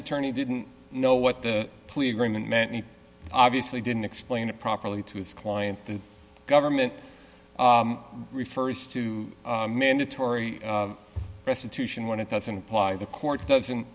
attorney didn't know what the plea agreement many obviously didn't explain it properly to his client the government refers to minatory restitution when it doesn't apply the court doesn't